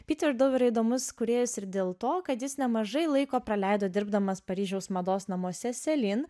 piter dough yra įdomus kūrėjas ir dėl to kad jis nemažai laiko praleido dirbdamas paryžiaus mados namuose selene